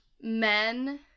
men